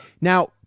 now